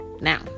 now